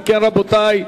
רבותי,